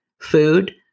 food